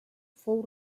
fou